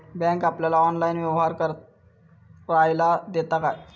Bank आपल्याला online व्यवहार करायला देता काय?